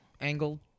Angle